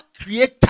creator